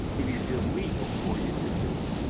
it is illegal for you to do it.